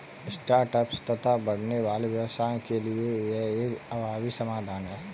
start ups तथा बढ़ने वाले व्यवसायों के लिए यह एक प्रभावी समाधान है